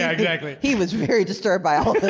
yeah exactly. he was very disturbed by all